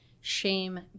shame